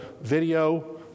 video